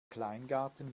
kleingarten